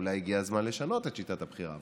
אולי הגיע הזמן לשנות את שיטת הבחירה,